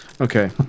Okay